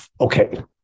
okay